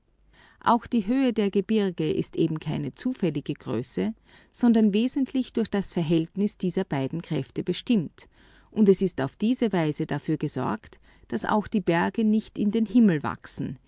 auch die höhe der gebirge ist eben wie schon die von penck hervorgehobenen gleichförmigen gipfelhöhen der alpen nahelegen keine zufällige größe sondern es ist dafür gesorgt daß auch die berge nicht in den himmel wachsen